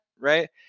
right